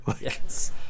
yes